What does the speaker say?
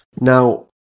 Now